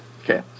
Okay